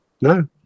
No